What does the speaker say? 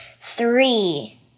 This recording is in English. three